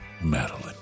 Madeline